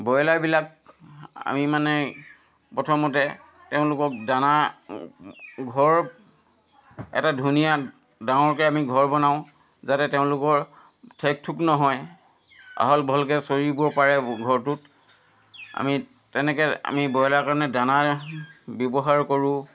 বইলাৰবিলাক আমি মানে প্ৰথমতে তেওঁলোকক দানা ঘৰ এটা ধুনীয়া ডাঙৰকৈ আমি ঘৰ বনাওঁ যাতে তেওঁলোকৰ ঠেক ঠোক নহয় আহল বহলকৈ চৰিব পাৰে ঘৰটোত আমি তেনেকৈ আমি বইলাৰৰ কাৰণে দানা ব্যৱহাৰ কৰোঁ